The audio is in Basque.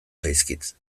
zaizkit